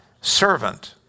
servant